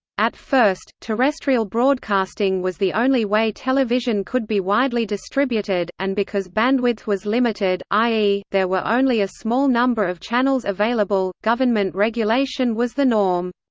at first, terrestrial broadcasting was the only way television could be widely distributed, and because bandwidth was limited, i e, there were only a small number of channels available, government regulation was the norm.